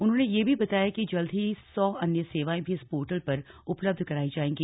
उन्होंने यह भी बताया कि जल्द ही सौ अन्य सेवांये भी इस पोर्टल पर उपलब्ध कराई जांएगी